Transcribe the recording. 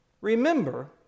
Remember